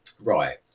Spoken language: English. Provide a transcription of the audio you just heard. Right